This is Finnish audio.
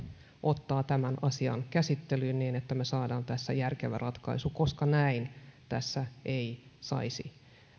ottaa tämän asian käsittelyyn niin että me saamme tässä järkevän ratkaisun koska näin tässä ei saisi